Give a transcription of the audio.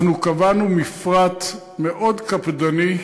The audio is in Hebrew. קבענו מפרט מאוד קפדני,